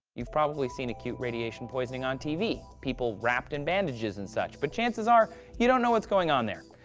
you've probably seen acute radiation poisoning on tv, people wrapped in bandages, and such, but chances are you don't know what's going on there,